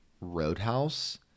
Roadhouse